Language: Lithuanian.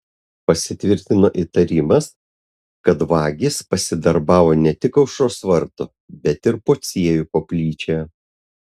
pasitvirtino įtarimas kad vagys pasidarbavo ne tik aušros vartų bet ir pociejų koplyčioje